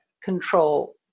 control